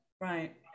right